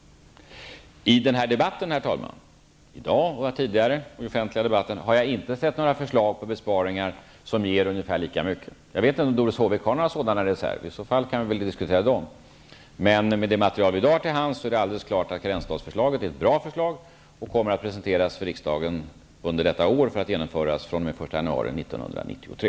I den offentliga debatt som har förts -- i dag och tidigare -- har jag inte sett några förslag till besparingar som ger ungefär lika mycket. Jag vet inte om Doris Håvik har några sådana reserver; i så fall kan vi väl diskutera dem. Med det material vi i dag har till hands är det emellertid alldeles klart att karensdagsförslaget är ett bra förslag, och det kommer att presenteras för riksdagen under detta år för att genomföras från den 1 januari 1993.